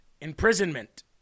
Imprisonment